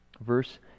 Verse